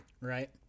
Right